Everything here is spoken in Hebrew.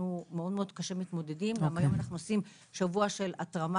אנחנו מתמודדים קשה ועושים שבוע של התרמה